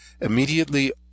Immediately